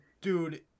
Dude